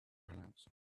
pronounce